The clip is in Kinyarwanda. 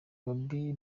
bobbi